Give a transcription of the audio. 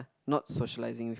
not socializing with